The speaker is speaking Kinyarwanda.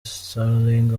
sterling